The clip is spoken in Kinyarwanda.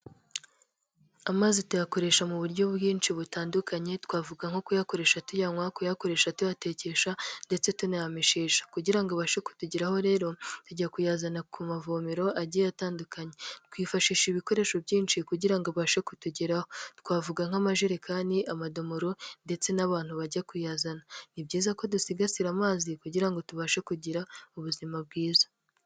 Amazi tuyakoresha mu buryo bwinshi butandukanye, twavuga nko kuyakoresha tuyanywa, kuyakoresha tuyatekesha ndetse tunayameshesha, kugira ngo abashe kutugeraho rero tujya kuyazana ku mavomero agiye atandukanye, twifashisha ibikoresho byinshi kugirango abashe kutugeraho, twavuga nk'amajerekani, amadomoro, ndetse n'abantu bajya kuyazana ni byiza ko dusigasira amazi kugira ngo tubashe kugira ubuzima bwiza.